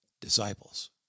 disciples